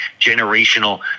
generational